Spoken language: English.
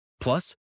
Plus